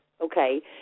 okay